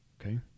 Okay